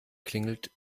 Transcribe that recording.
klingelt